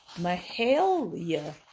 Mahalia